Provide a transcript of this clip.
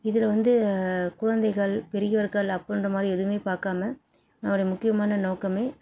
இதில் வந்து குழந்தைகள் பெரியவர்கள் அப்புடின்ற மாதிரி எதுவுமே பார்க்காம நம்முடைய முக்கியமான நோக்கமே